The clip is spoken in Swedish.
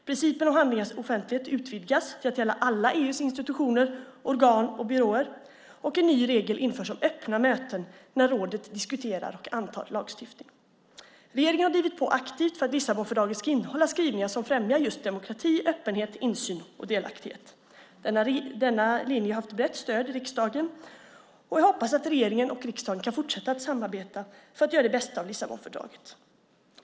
Principen om handlingars offentlighet utvidgas till att gälla alla EU:s institutioner, organ och byråer och en ny regel införs om öppna möten när rådet diskuterar och antar lagstiftning. Regeringen har drivit på aktivt för att Lissabonfördraget ska innehålla skrivningar som främjar demokrati, öppenhet, insyn och delaktighet. Denna linje har haft brett stöd i riksdagen, och jag hoppas att regeringen och riksdagen kan fortsätta att samarbeta för att göra det bästa av Lissabonfördraget.